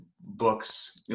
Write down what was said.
books